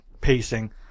pacing